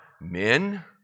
men